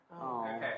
Okay